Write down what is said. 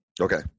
Okay